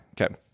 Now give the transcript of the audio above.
okay